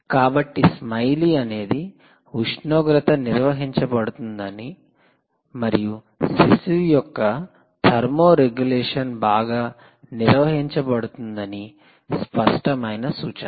కాబట్టి స్మైలీ అనేది ఉష్ణోగ్రత నిర్వహించబడుతుందని మరియు శిశువు యొక్క థర్మోర్గ్యులేషన్ బాగా నిర్వహించబడుతుందని స్పష్టమైన సూచన